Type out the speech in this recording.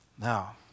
Now